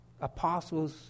apostles